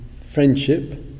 friendship